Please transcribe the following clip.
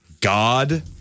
God